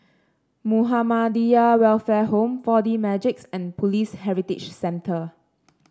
Muhammadiyah Welfare Home Four D Magix and Police Heritage Centre